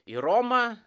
į romą